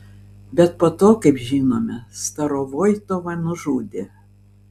bet po to kaip žinome starovoitovą nužudė